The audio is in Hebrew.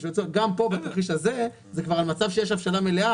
גם פה בתרחיש הזה זה כבר מצב שיש כבר הבשלה מלאה,